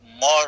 more